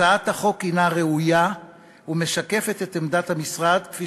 הצעת החוק היא ראויה ומשקפת את עמדת המשרד כפי